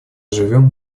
живем